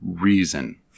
reason